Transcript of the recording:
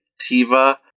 Tiva